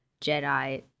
Jedi